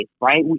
Right